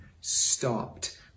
stopped